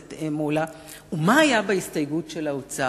מה היה בהסתייגות של האוצר?